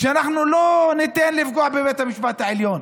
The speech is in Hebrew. אנחנו לא ניתן לפגוע בבית המשפט העליון.